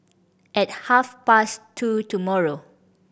at half past two tomorrow